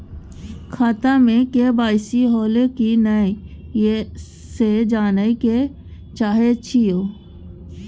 खाता में के.वाई.सी होलै की नय से जानय के चाहेछि यो?